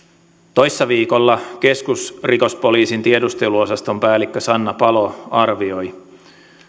toissa viikolla keskusrikospoliisin tiedusteluosaston päällikkö sanna palo arvioi